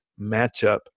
matchup